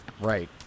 Right